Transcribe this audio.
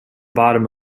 bottom